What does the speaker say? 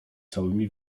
całymi